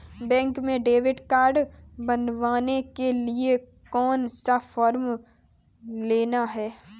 Bank में debit card बनवाने के लिए कौन सा फॉर्म लेना है?